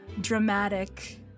dramatic